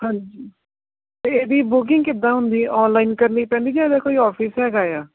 ਹਾਂਜੀ ਇਹਦੀ ਬੁਕਿੰਗ ਕਿੱਦਾਂ ਹੁੰਦੀ ਔਨਲਾਈਨ ਕਰਨੀ ਪੈਂਦੀ ਕਿ ਇਹਦਾ ਕੋਈ ਆਫਿਸ ਹੈਗਾ ਆ